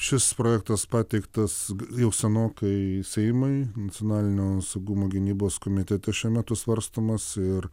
šis projektas pateiktas jau senokai seimui nacionalinio saugumo gynybos komitete šiuo metu svarstomas ir